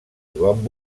joan